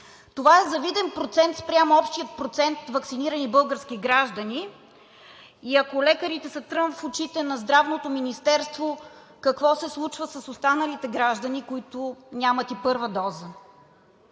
Това е завиден процент спрямо общия процент ваксинирани български граждани и ако лекарите са трън в очите на Здравното министерство, какво се случва с останалите граждани, които нямат и първа доза?